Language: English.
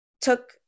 took